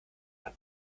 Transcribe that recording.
hat